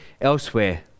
elsewhere